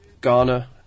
Ghana